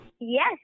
Yes